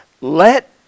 Let